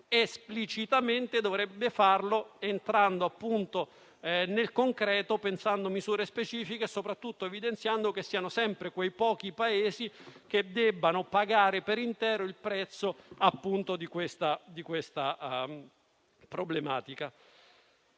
esplicitamente dovrebbe farlo entrando nel concreto, pensando a misure specifiche e soprattutto evidenziando che sono sempre quei pochi Paesi che pagano per intero il prezzo di questa problematica.